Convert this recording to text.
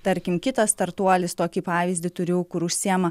tarkim kitas startuolis tokį pavyzdį turiu kur užsiema